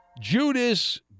Judas